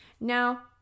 Now